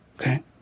Okay